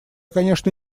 конечно